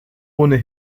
ohne